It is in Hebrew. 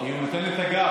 הוא נותן לי את הגב,